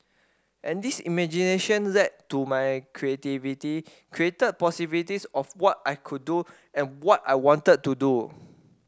and this imagination led to my creativity created possibilities of what I could do and what I wanted to do